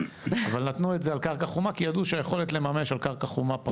אבל נתנו את זה על קרקע חומה כי ידעו שהיכולת לממש על קרקע חומה,